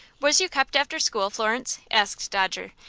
was you kept after school, florence? asked dodger,